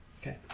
okay